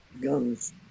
guns